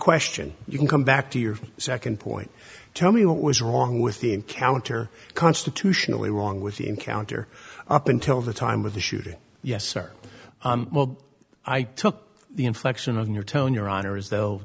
question you can come back to your second point tell me what was wrong with the encounter constitutionally wrong with the encounter up until the time of the shooting yes sir i took the inflection of your tone your honor as though